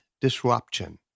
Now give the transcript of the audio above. disruption